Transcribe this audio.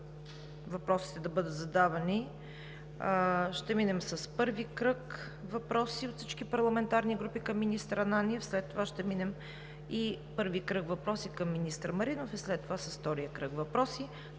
въпросите да бъдат задавани – ще минем първи кръг въпроси от всички парламентарни групи към министър Ананиев, след това ще минем и първи кръг въпроси към министър Маринов, а след това – към втория кръг въпроси.